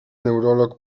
neurolog